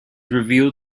revealed